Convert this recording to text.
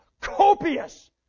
Copious